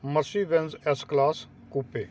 Mercedes Benz S class coupe